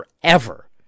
forever